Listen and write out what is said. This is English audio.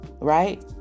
Right